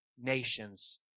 nations